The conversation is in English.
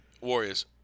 Warriors